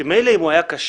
שמילא אם הוא היה קשה,